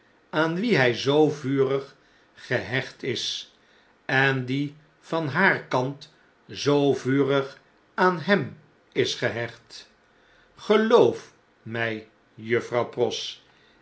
aan wien hij zoo vurig gehecht is en die van haar kant zoo vurig aan hem is gehecht geloof mij juffrouw pross